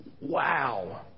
wow